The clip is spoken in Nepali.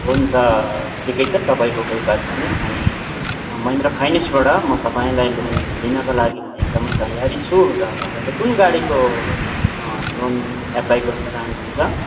हुन्छ ठिकै छ तपाईँको कोही बात छैन हामी महेन्द्र फाइनेन्सबाट म तपाईँलाई लोन दिनका लागि म एकदमै तयारी छु र तपाईँले कुन गाडीको लोन एप्लाई गर्न चाहनु हुन्छ